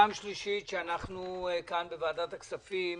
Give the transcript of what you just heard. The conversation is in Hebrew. זו פעם שלישית שאנחנו כאן בוועדת הכספים